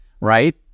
right